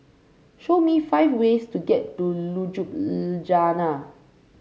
show me five ways to get to Ljubljana